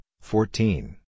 fourteen